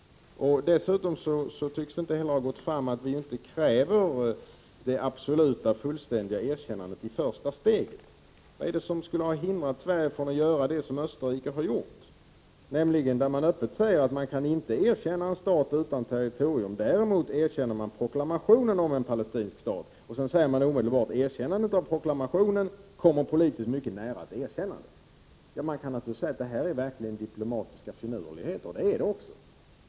Dessutom tycks det inte heller ha gått fram att vi inte kräver det absolut fullständiga erkännandet i första steget. Vad är det som skulle ha hindrat Sverige från att göra det som Österrike har gjort, nämligen att man öppet säger att man inte kan erkänna en stat utan territorium? Däremot erkänner man proklamationen om en palestinsk stat. Sedan säger man omedelbart: Erkännandet av proklamationen kommer politiskt mycket nära ett erkännande. Man kan naturligtvis säga att detta är verkligen diplomatiska finurligheter. Det är det också.